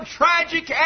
tragic